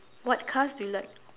what cars do you like